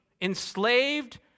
enslaved